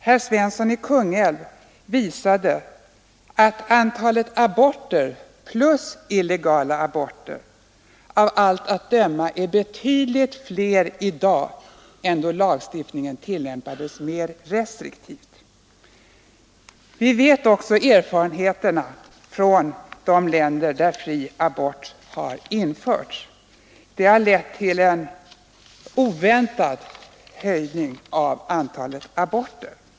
Herr Svensson i Kungälv visade att antalet aborter inklusive illegala sådana av allt att döma är betydligt fler i dag än då lagstiftningen tillämpades mera restriktivt. Vi vet också vilka erfarenheter som gjorts i de länder där fri abort har införts. Det har skett en oväntad ökning av antalet aborter.